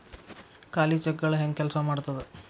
ಖಾಲಿ ಚೆಕ್ಗಳ ಹೆಂಗ ಕೆಲ್ಸಾ ಮಾಡತದ?